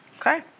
Okay